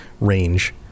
range